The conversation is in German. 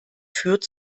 führt